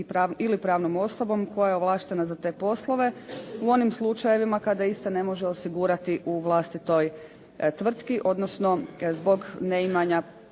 ili pravnom osobom koja je ovlaštena za te poslove u onim slučajevima kada iste ne može osigurati u vlastitoj tvrtki odnosno zbog neimanja